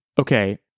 Okay